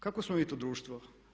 Kakvo smo mi to društvo?